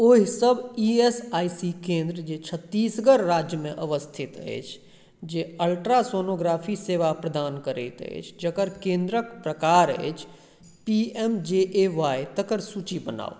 ओहिसब E S I C केन्द्र जे छत्तीसगढ़ राज्यमे अवस्थित अछि जे अल्ट्रासोनोग्राफी सेवा प्रदान करैत अछि जकर केन्द्रके प्रकार अछि P M J A Y तकर सूची बनाउ